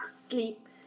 sleep